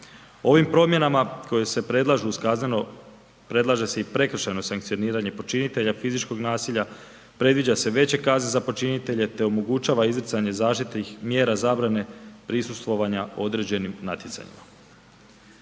Ovim promjenama koje se predlažu uz kazneno predlaže se i prekršajno sankcioniranje počinitelja fizičkog nasilja, predviđa se veće kazne za počinitelje te omogućava izricanje zaštitnih mjera zabrane prisustvovanja određenim natjecanjima.